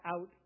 out